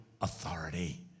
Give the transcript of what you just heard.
authority